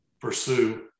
pursue